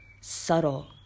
subtle